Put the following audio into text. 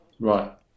right